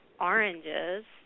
oranges